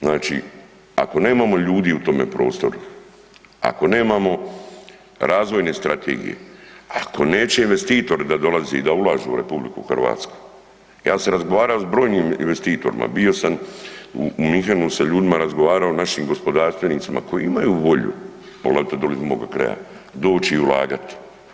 Znači ako nemamo ljudi u tome prostoru, ako nemamo razvojne strategije, ako neće investitori da dolaze, da ulažu u RH, ja sam razgovarao s brojnim investitorima, bio sam u Münchenu sa ljudima, razgovarao našim gospodarstvenicima koji imaju volju, poglavito dolje iz moga kraja doći i u ulagati.